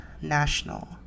national